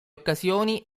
occasioni